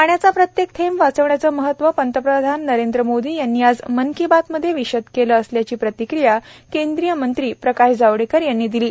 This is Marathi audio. पाण्याचा प्रत्येक थैंब वाचवण्याचं महत्त्व प्रधानमंत्री नरेंद्र मोदी यांनी आज मन की बात मधे विषद केलं असल्याची प्रतिक्रीया केंद्रीय मंत्री प्रकाश जावडेकर यांनी दिली आहे